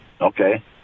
Okay